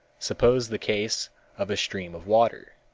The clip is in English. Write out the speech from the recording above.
suppose the case of a stream of water.